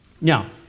Now